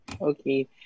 Okay